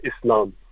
Islam